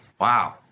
Wow